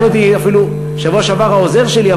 שאל אותי אפילו בשבוע שעבר העוזר שלי,